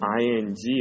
ing